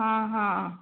ହଁ ହଁ